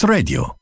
Radio